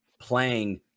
playing